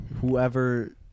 whoever